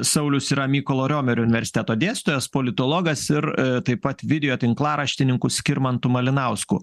saulius yra mykolo romerio universiteto dėstytojas politologas ir taip pat videotinklaraštininku skirmantu malinausku